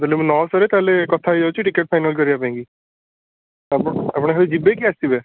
ଯଦି ମୁଁ ନଅ ଶହରେ ତା'ହେଲେ ମୁଁ କଥା ହେଇଯାଉଛି ଟିକେ ଫାଇନାଲ୍ କରିବା ପାଇଁ କି ଆପଣ ଖାଲି ଯିବେ କି ଆସିବେ